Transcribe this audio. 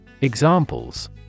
Examples